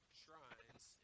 shrines